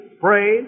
pray